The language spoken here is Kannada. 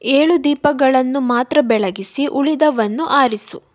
ಏಳು ದೀಪಗಳನ್ನು ಮಾತ್ರ ಬೆಳಗಿಸಿ ಉಳಿದವನ್ನು ಆರಿಸು